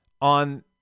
on